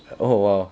oh !wow!